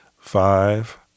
five